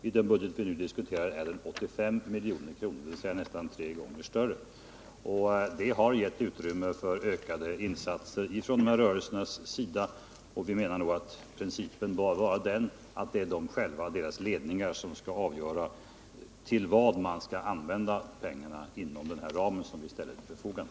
I den budget vi nu diskuterar är beloppet 85 milj.kr., dvs. nästan tre gånger större. Det har gett utrymme för ökade insatser från rörelsernas sida, och vi menar att principen bör vara att det är de själva och deras ledare som skall avgöra till vad man skall använda pengarna inom den ram som vi ställer till förfogande.